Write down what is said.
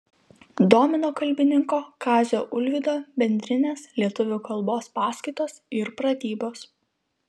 domino kalbininko kazio ulvydo bendrinės lietuvių kalbos paskaitos ir pratybos